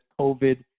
COVID